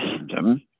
system